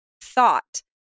thought